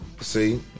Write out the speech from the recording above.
See